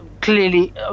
clearly